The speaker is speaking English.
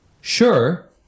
sure